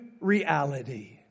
reality